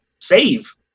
save